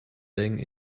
bang